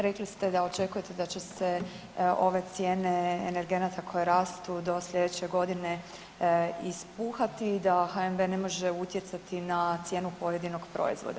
Rekli ste da očekujete da će se ove cijene energenata koje rastu do sljedeće godine ispuhati i da HNB ne može utjecati na cijenu pojedinog proizvoda.